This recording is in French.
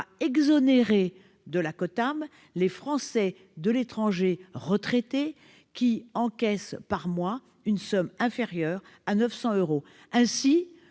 exonérer de la COTAM les Français de l'étranger retraités qui encaissent tous les mois une somme inférieure à 900 euros. Il